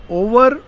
over